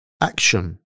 action